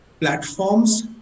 platforms